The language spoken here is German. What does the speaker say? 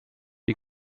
die